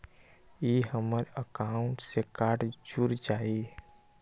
ई हमर अकाउंट से कार्ड जुर जाई?